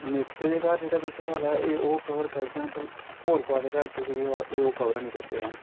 नेते दे घर जेह्ड़ा कुछ होआ दा ऐ ओह् कवर करगङ भला होर कुसै दे घर किश होआ दा होऐ एह् ओह् कवर हे निं करदे हैन